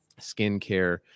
skincare